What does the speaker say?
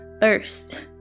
first